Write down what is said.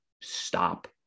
stop